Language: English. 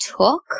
took